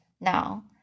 now